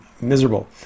miserable